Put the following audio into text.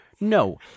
No